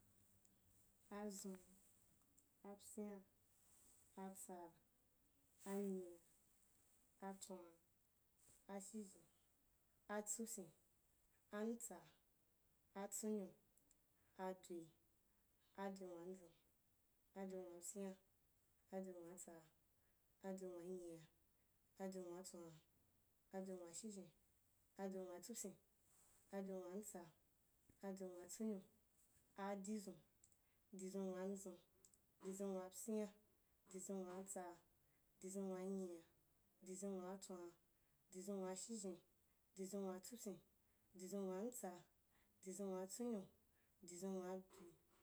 Azun, apyinna, atsara, anyina, atswa, ashizhen, atsupyiu, anutsa, adzwei, adwei nwanzun, adzwei nwapyinna, adzwei nwaa tsaa, adzwei nwa nyia, adzwei nwa tswa, adzwei nwa shizhen, adzwei nwa tsupyin, adzwei nwa ntsa, adzwei nwa tsonnyo, adizun, dizun nwan nzun, dizun nwa pyina, dizun nwatsaa, dizun nwa nyia, dizun nwatswa, dizun nwa shizhen, dizun nwa tsupyin, dizun nwa ntsa, dizun nwa tsonnyo, dizun nwa dzwei